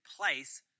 place